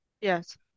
Yes